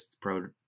pro